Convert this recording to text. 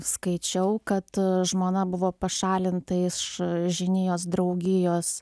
skaičiau kad žmona buvo pašalinta iš žinijos draugijos